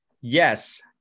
Yes